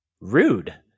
Rude